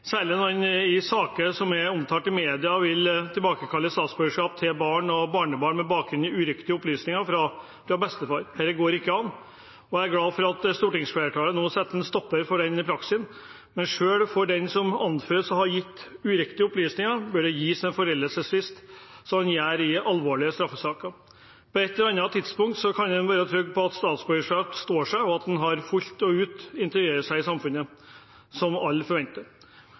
særlig når en i saker som er omtalt i media, vil tilbakekalle statsborgerskapet til barn og barnebarn med bakgrunn i uriktige opplysninger fra bestefar. Det går ikke an, og jeg er glad for at stortingsflertallet nå setter en stopper for den praksisen. Men selv for den som anføres å ha gitt uriktige opplysninger, bør det gis en foreldelsesfrist, som en gjør i alvorlige straffesaker. På et eller annet tidspunkt må en kunne være trygg på at statsborgerskapet står seg, og at en fullt ut integrerer seg i samfunnet, noe som alle forventer.